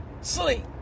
sleep